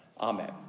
Amen